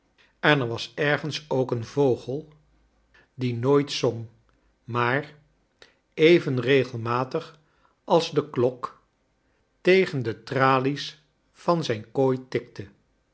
en er was j ergens ook een vogel die nooit zong maar even regelmatig ais de klok tegen de tralies van zijn kooi tikte